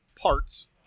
parts